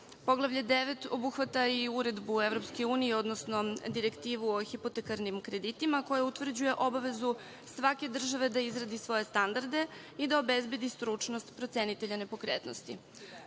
Poglavlje 9 obuhvata i Uredbu EU, odnosno Direktivu o hipotekarnim kreditima koja utvrđuje obavezu svake države da izradi svoje standarde i da obezbedi stručnost procenitelja nepokretnosti.